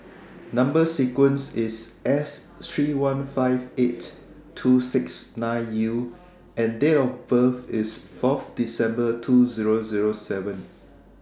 Number sequence IS S three one five eight two six nine U and Date of birth IS Fourth December two Zero Zero seven